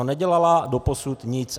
Nedělala doposud nic.